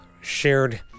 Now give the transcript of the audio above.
shared